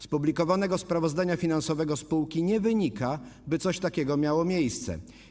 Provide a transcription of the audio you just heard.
Z publikowanego sprawozdania finansowego spółki nie wynika, by coś takiego miało miejsce.